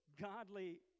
godly